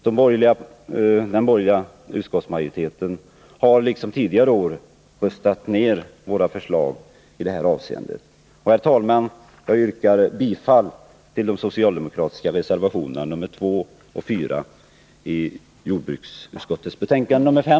Den borgerliga utskottsmajoriteten har nu, liksom man gjort tidigare år, röstat ned våra förslag i det här avseendet. Herr talman! Jag yrkar bifall till de socialdemokratiska reservationerna nr 2 och 4 vid jordbruksutskottets betänkande nr 5.